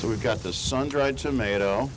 so we've got the sun dried tomato